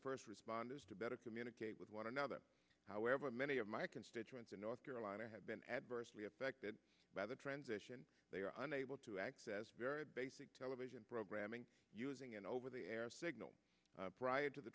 first responders to better communicate with one another however many of my constituents in north carolina have been adversely affected by the transition they are unable to access television programming using an over the air signal prior to the